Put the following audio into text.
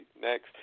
Next